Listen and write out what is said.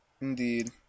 Indeed